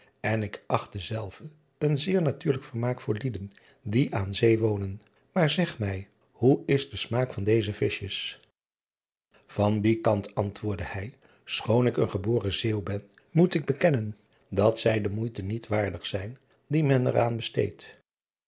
en ik acht dezelve een zeer natuurlijk vermaak voor lieden die aan zee wonen maar zeg mij hoe is de smaak van deze vischjes an dien kant antwoordde hij schoon ik een geboren eeuw ben moet ik bekenuen dat zijde moeite niet waardig zijn die men er aan besteedt